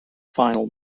final